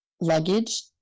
luggage